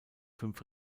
fünf